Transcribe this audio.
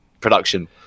production